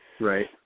Right